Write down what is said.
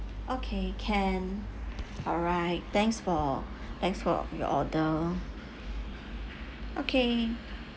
okay can alright thanks for thanks for your order okay